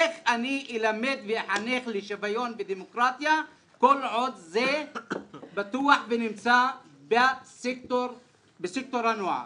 איך אני אחנך לשוויון ודמוקרטיה כל עוד זה פתוח ונמצא בסקטור הנוער.